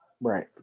Right